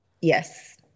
Yes